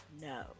no